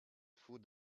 food